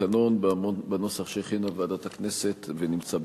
התקנון בנוסח שהכינה ועדת הכנסת ונמצא בפניכם.